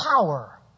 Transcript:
power